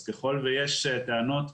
אז ככל שיש טענות,